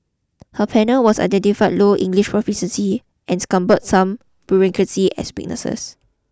her panel was identified low English proficiency and cumbersome bureaucracy as weaknesses